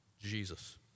Jesus